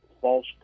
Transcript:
false